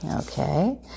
okay